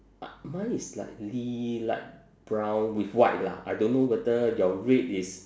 uh mine is slightly light brown with white lah I don't know whether your red is